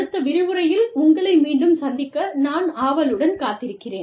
அடுத்த விரிவுரையில் உங்களை மீண்டும் சந்திக்க நான் ஆவலுடன் காத்திருக்கிறேன்